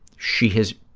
she has,